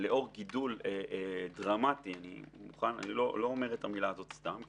לאור גידול דרמטי אני לא אומר את המילה הזאת סתם,